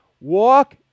Walk